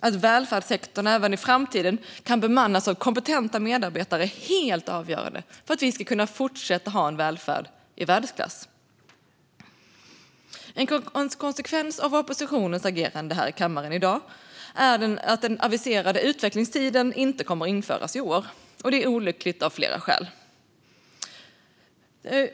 Att välfärdssektorn även i framtiden kan bemannas av kompetenta medarbetare är helt avgörande för att vi ska kunna fortsätta ha en välfärd i världsklass. En konsekvens av oppositionens agerande här i kammaren i dag är att den aviserade utvecklingstiden inte kommer att införas i år. Det är olyckligt av flera skäl.